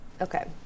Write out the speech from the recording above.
Okay